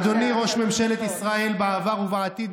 אדוני ראש ממשלת ישראל בעבר ובעתיד,